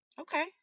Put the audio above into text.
Okay